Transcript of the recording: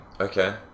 Okay